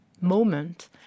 moment